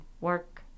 work